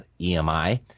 EMI